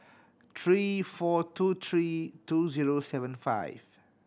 three four two three two zero seven five